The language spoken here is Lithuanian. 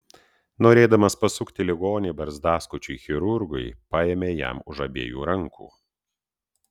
norėdamas pasukti ligonį barzdaskučiui chirurgui paėmė jam už abiejų rankų